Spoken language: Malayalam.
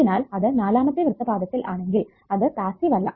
അതിനാൽ അത് നാലാമത്തെ വൃത്തപാദത്തിൽ ആണെങ്കിൽ അത് പാസ്സീവ് അല്ല